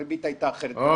הריבית הייתה אחרת,